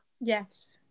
Yes